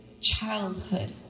childhood